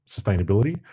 sustainability